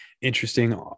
interesting